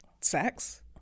sex